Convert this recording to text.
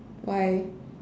why